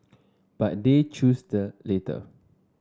but they chose the latter